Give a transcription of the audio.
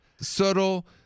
Subtle